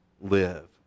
live